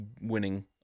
winning